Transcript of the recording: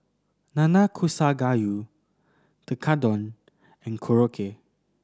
Nanakusa Gayu Tekkadon and Korokke